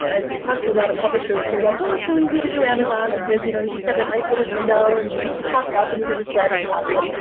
i've talked to a lot of publishers who were like, oh, it's so easy to do amazon, because you know you just have that nice little window and the link just pops up and you could just grab it and copy it.